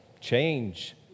change